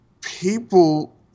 people